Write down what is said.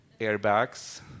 airbags